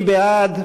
מי בעד?